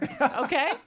Okay